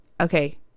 okay